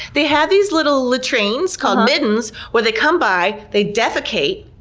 they have these little latrines, called middens, where they come by, they defecate,